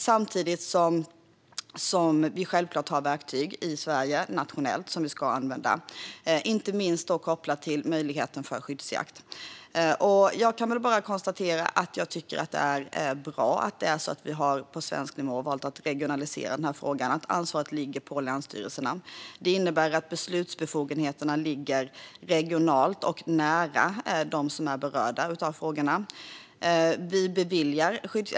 Samtidigt har vi självklart verktyg i Sverige, nationellt, som vi ska använda, inte minst kopplat till möjligheten till skyddsjakt. Jag kan konstatera att jag tycker att det är bra att vi på svensk nivå har valt att regionalisera frågan och att ansvaret ligger på länsstyrelserna. Det innebär att beslutsbefogenheterna finns regionalt och nära dem som är berörda av frågorna.